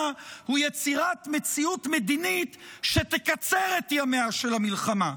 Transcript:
הוא יצירת מציאות מדינית שתקצר את ימיה של המלחמה,